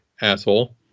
asshole